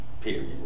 Period